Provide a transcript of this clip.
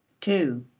two.